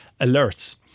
alerts